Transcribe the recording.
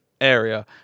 area